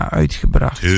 uitgebracht